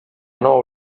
nou